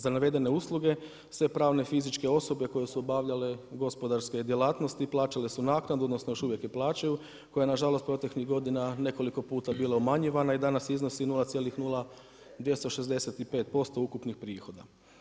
Za navedene usluge sve pravne, fizičke osobe koje su obavljale gospodarske djelatnosti, plaćale su naknadu odnosno još uvijek je plaćaju koja na žalost proteklih godina nekoliko puta bila umanjivana i danas iznosi 0,0265% ukupnih prihoda.